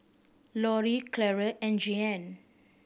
Loree Claire and Jeanne